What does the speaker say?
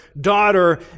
daughter